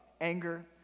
anger